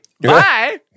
bye